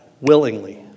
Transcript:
willingly